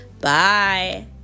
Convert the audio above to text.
bye